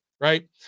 Right